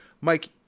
Mike